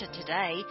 today